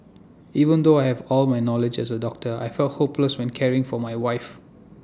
even though I have all my knowledge as A doctor I felt hopeless when caring for my wife